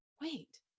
wait